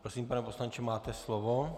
Prosím, pane poslanče, máte slovo.